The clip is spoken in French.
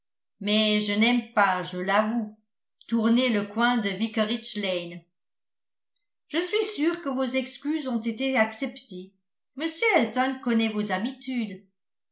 mais je n'aime pas je l'avoue tourner le coin de vicarage lane je suis sûre que vos excuses ont été acceptées m elton connaît vos habitudes